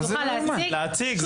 להציג.